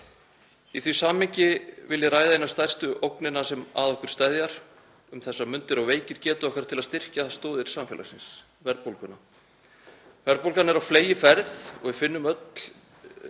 Í því samhengi vil ég ræða eina stærstu ógnina sem að okkur steðjar um þessar mundir og veikir getu okkar til að styrkja stoðir samfélagsins; verðbólguna. Verðbólgan er á fleygiferð og við finnum öll